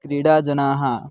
क्रीडाजनाः